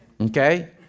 Okay